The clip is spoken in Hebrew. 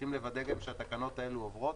צריכים לוודא גם שהתקנות האלה עוברות,